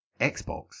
Xbox